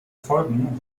folgen